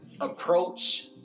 approach